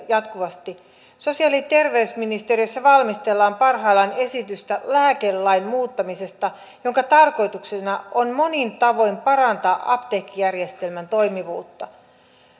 jatkuvasti sosiaali ja terveysministeriössä valmistellaan parhaillaan esitystä lääkelain muuttamisesta jonka tarkoituksena on monin tavoin parantaa apteekkijärjestelmän toimivuutta